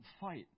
fight